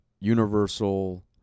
universal